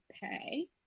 pay